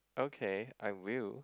okay I will